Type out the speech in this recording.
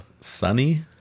Sunny